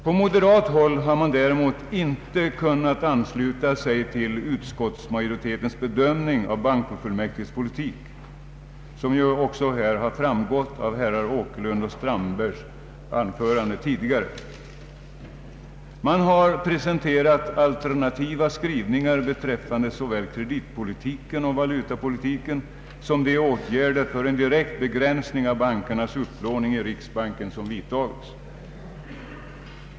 På moderat håll har man däremot inte kunnat ansluta sig till utskottsmajoritetens bedömning av bankofullmäktiges politik, som också framgått av herrar Åkerlunds och Strandbergs anföranden tidigare. Man har presenterat alternativa skrivningar beträffande såväl kreditpolitiken och valutapolitiken som de åtgärder för en direkt begränsning av bankernas upplåning i riksbanken som vidtagits.